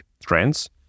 trends